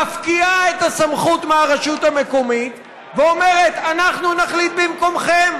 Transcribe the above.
מפקיעה את הסמכות מהרשות המקומית ואומרת: אנחנו נחליט במקומכם.